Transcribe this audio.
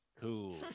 Cool